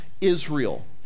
Israel